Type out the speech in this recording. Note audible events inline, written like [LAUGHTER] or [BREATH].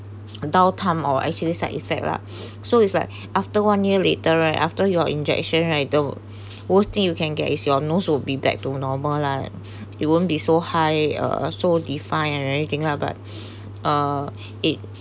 downtime or actually side effect lah [BREATH] so is like after one year later right after your injection right the worst thing you can get is your nose would be back to normal lah it won't be so high uh so defined and everything lah but [BREATH] uh it